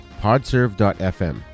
Podserve.fm